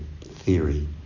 Theory